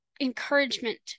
encouragement